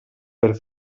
per